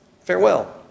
Farewell